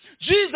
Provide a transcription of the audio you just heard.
Jesus